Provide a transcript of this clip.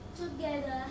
together